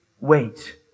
wait